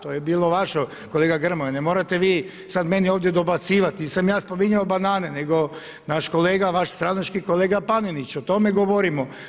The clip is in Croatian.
To je bilo vaše, kolega Grmoja, ne morate vi sad meni ovdje dobacivat, nisam ja spominjao banane, nego naš kolega, vaš stranački kolega Panenić, o tome govorimo.